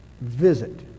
visit